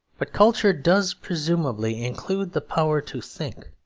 but culture does, presumably, include the power to think.